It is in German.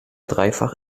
dreifach